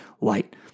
light